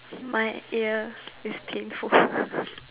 my ear is painful